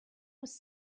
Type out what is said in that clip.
was